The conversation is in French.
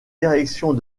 directions